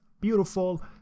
beautiful